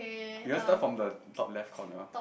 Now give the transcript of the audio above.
you want start from the top left corner